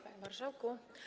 Panie Marszałku!